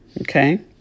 okay